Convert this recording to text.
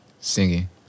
Singing